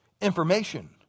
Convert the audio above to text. information